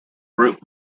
group